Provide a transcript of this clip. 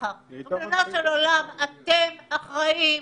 ריבונו של עולם, אתם אחראיים על משרד התרבות.